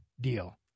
deal